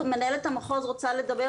מי צריך את האתר השני?